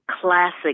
classic